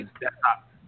desktop